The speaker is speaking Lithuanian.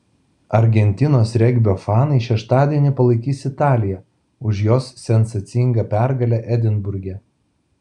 argentinos regbio fanai šeštadienį palaikys italiją už jos sensacingą pergalę edinburge